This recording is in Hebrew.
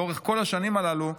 לאורך כל השנים הללו,